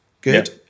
Good